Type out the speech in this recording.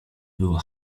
była